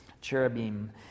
Cherubim